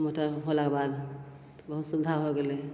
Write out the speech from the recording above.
motor होलाके बाद तऽ बहुत सुविधा हो गेलै